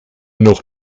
noch